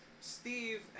Steve